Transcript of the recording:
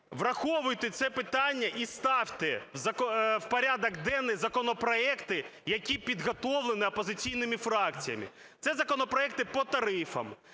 враховуйте це питання і ставте в порядок денний законопроекти, які підготовлені опозиційними фракціями. Це законопроекти по тарифах,